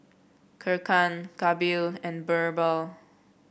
Kiran Kapil and BirbaL